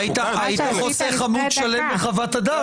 היית חוסך עמוד שלם בחוות הדעת,